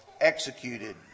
executed